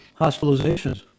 hospitalizations